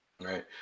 Right